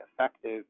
effective